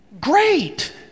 Great